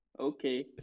okay